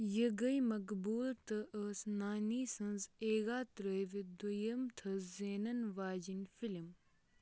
یہِ گٔے مقبوٗل تہٕ ٲس نانی سٕنٛز ایگا ترٛٲوِتھ دۄیِم تھٔز زینَن واجیٚنۍ فِلم